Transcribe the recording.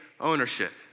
ownership